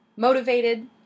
Motivated